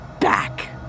back